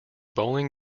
bowling